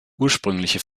ursprüngliche